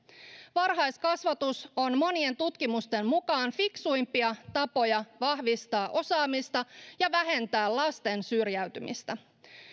varhaiskasvatus on monien tutkimusten mukaan fiksuimpia tapoja vahvistaa osaamista ja vähentää lasten syrjäytymistä